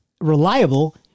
reliable